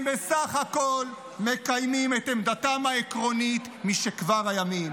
הם בסך הכול מקיימים את עמדתם העקרונית משכבר הימים.